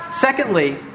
secondly